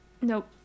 Nope